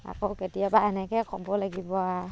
আকৌ কেতিয়াবা এনেকৈ ক'ব লাগিব আ